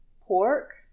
pork